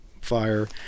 fire